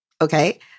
Okay